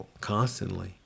constantly